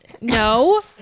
No